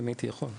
אם הייתי יכול.